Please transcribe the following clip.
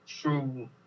true